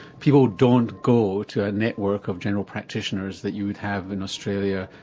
people don't go to a network of general practitioners that you would have in australia,